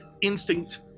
instinct